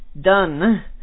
done